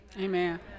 Amen